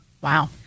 Wow